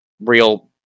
real